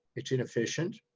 it's inefficient,